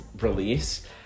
release